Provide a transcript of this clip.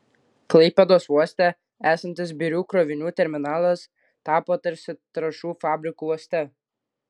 klaipėdos uoste esantis birių krovinių terminalas tapo tarsi trąšų fabriku uoste